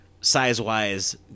Size-wise